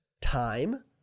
time